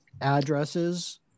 addresses